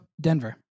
Denver